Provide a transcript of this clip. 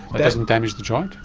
it doesn't damage the joint?